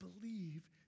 believe